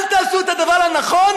אל תעשו את הדבר הנכון,